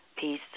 peace